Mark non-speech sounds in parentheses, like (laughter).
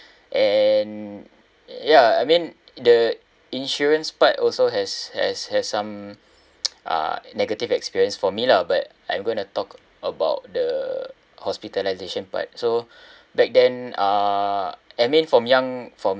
and ya I mean the insurance part also has has has some (noise) uh negative experience for me lah but I'm going to talk about the hospitalisation part so back then uh I mean from young from